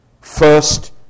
First